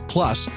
Plus